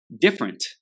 different